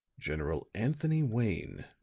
general anthony wayne,